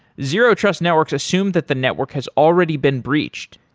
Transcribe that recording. zero trust networks assume that the network has already been breached.